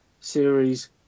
series